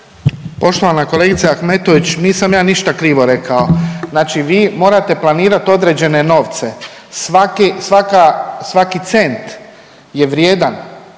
Poštovana kolegice Ahmetović, nisam ja ništa krivo rekao, znači vi morate planirat određene novce, svaki, svaka,